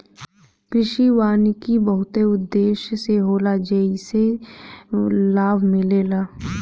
कृषि वानिकी बहुते उद्देश्य से होला जेइसे लाभ मिलेला